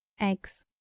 eggs.